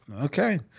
Okay